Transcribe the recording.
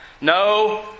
No